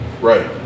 Right